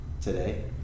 today